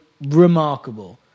Remarkable